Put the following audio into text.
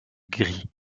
gris